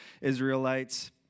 Israelites